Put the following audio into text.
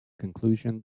conclusion